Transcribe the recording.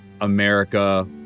America